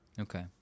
Okay